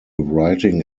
writing